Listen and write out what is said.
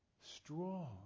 strong